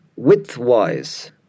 widthwise